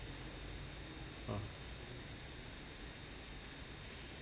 ah